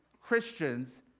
Christians